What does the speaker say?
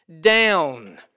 down